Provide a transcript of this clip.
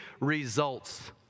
results